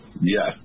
Yes